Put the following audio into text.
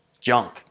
junk